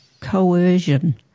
coercion